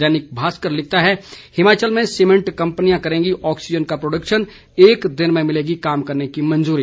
दैनिक भास्कर लिखता है हिमाचल में सीमेंट कंपनियां करेंगी ऑक्सीजन का प्रोडक्शन एक दिन में मिलेगी काम करने की मंजूरी